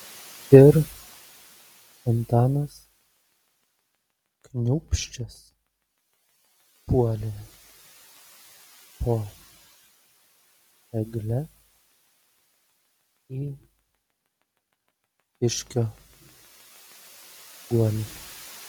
ir antanas kniūbsčias puolė po egle į kiškio guolį